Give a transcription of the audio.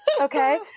Okay